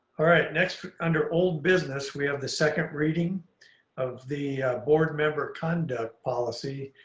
all right, next, under old business, we have the second reading of the board member conduct policy.